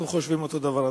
אנחנו חושבים אותו דבר,